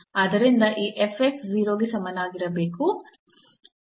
ಆದ್ದರಿಂದ ಈ 0 ಗೆ ಸಮನಾಗಿರಬೇಕು